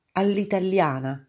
all'italiana